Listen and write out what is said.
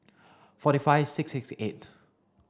forty five six six eight